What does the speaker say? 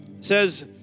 says